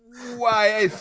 why?